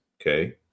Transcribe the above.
okay